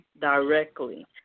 directly